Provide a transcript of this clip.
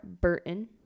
Burton